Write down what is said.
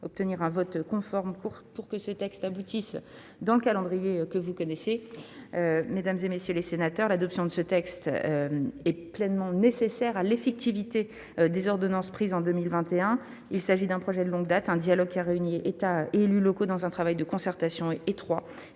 que l'examen parlementaire de ce texte aboutisse dans le calendrier que vous connaissez. Mesdames, messieurs les sénateurs, l'adoption de ce texte est pleinement nécessaire à l'effectivité des ordonnances prises en 2021. Il s'agit d'un projet de longue date qui a fait l'objet d'un dialogue réunissant État et élus locaux dans un travail de concertation étroit,